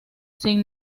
sin